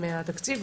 מהתקציב,